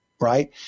Right